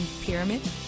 pyramid